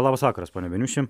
labas vakaras pone beniuši